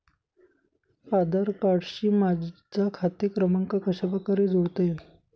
आधार कार्डशी माझा खाते क्रमांक कशाप्रकारे जोडता येईल?